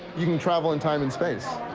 you can travel in time and space.